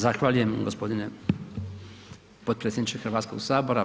Zahvaljujem gospodine potpredsjedniče Hrvatskog sabora.